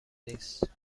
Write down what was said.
نیست